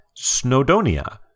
Snowdonia